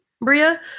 Bria